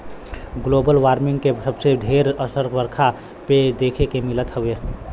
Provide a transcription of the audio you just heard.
global warming के सबसे ढेर असर बरखा पे देखे के मिलत हउवे